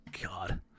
God